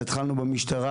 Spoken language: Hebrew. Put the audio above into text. אז התחלנו במשטרה,